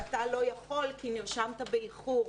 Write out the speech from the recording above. ואתה לא יכול כי נרשמת באיחור.